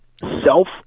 self